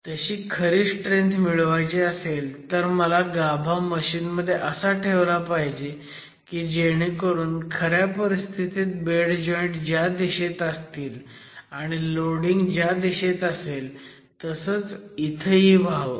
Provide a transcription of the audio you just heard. तशी खरी स्ट्रेंथ मिळवायची असेल तर मला गाभा मशीन मध्ये असा ठेवला पाहिजे की जेणेकरून खऱ्या परिस्थितीत बेड जॉईंट ज्या दिशेत असतील आणि लोडिंग ज्या दिशेत असेल तसंच इथंही व्हावं